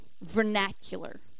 vernacular